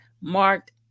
marked